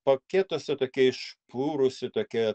paketuose tokia išpurusi tokia